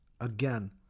again